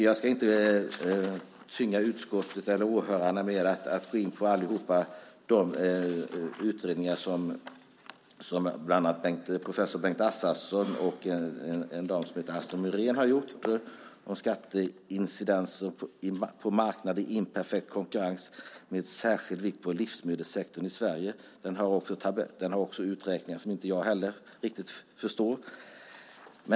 Jag ska inte tynga kammaren eller åhörarna med att gå in på alla utredningar som bland annat Bengt Assarsson och Astri Muren har gjort om skatteincidens på marknader i imperfekt konkurrens, med särskild vikt på livsmedelssektorn i Sverige. Den har också beräkningar som inte heller jag riktigt förstår.